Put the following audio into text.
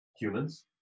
humans